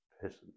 person